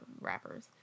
rappers